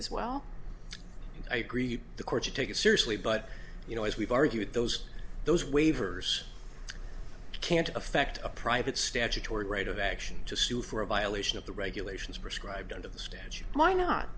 as well i agree the court to take it seriously but you know as we've argued those those waivers can't affect a private statutory right of action to sue for a violation of the regulations prescribed under the